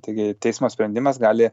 taigi teismo sprendimas gali